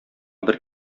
бер